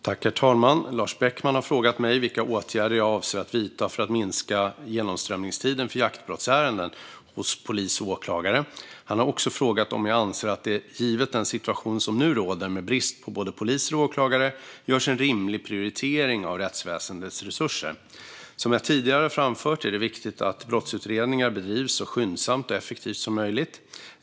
Herr talman! Lars Beckman har frågat mig vilka åtgärder jag avser att vidta för att minska genomströmningstiden för jaktbrottsärenden hos polis och åklagare. Han har också frågat om jag anser att det, givet den situation som nu råder med brist på både poliser och åklagare, görs en rimlig prioritering av rättsväsendets resurser. Som jag tidigare har framfört är det viktigt att brottsutredningar bedrivs så skyndsamt och effektivt som möjligt.